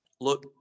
look